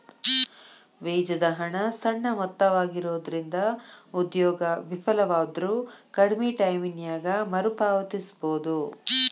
ಬೇಜದ ಹಣ ಸಣ್ಣ ಮೊತ್ತವಾಗಿರೊಂದ್ರಿಂದ ಉದ್ಯೋಗ ವಿಫಲವಾದ್ರು ಕಡ್ಮಿ ಟೈಮಿನ್ಯಾಗ ಮರುಪಾವತಿಸಬೋದು